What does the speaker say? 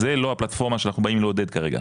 זה לא הפלטפורמה שאנחנו באים לעודד כרגע,